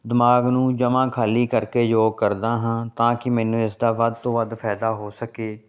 ਦਿਮਾਗ ਨੂੰ ਜਮ੍ਹਾਂ ਖਾਲੀ ਕਰਕੇ ਯੋਗ ਕਰਦਾ ਹਾਂ ਤਾਂ ਕਿ ਮੈਨੂੰ ਇਸ ਦਾ ਵੱਧ ਤੋਂ ਵੱਧ ਫ਼ਾਇਦਾ ਹੋ ਸਕੇ